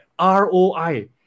ROI